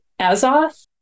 Azoth